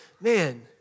man